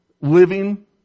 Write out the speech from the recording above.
living